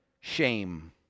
Shame